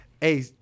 Hey